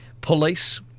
Police